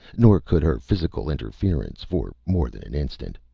nor could her physical interference for more than an instant.